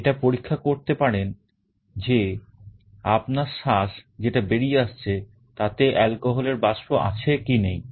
এটা পরীক্ষা করতে পারেন যে আপনার শ্বাস যেটা বেরিয়ে আসছে তাতে অ্যালকোহলের বাষ্প আছে কি নেই